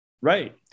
right